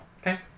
Okay